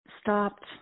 stopped